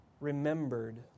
remembered